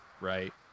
right